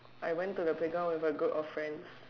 I went to the playground with a group of friends